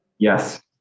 Yes